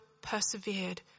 persevered